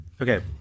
okay